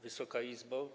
Wysoka Izbo!